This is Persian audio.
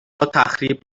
تخریب